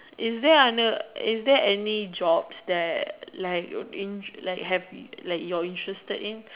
is there other is there any jobs that like your in June like have like your interested in